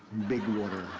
big water,